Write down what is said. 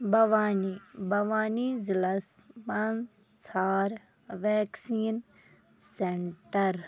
بھوانی بھوانی ضلعس مَنٛز ژھانڈ ویکسیٖن سینٹر